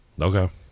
Okay